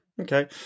Okay